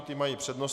Ty mají přednost.